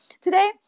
today